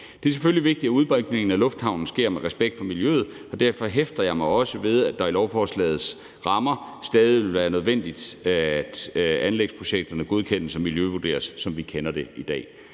Det er selvfølgelig vigtigt, at udbygningen af lufthavnen sker med respekt for miljøet, og derfor hæfter jeg mig også ved, at det i lovforslagets rammer stadig vil være nødvendigt, at anlægsprojekterne godkendes og miljøvurderes, som vi kender det i dag.